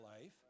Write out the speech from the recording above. life